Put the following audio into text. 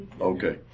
Okay